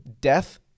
death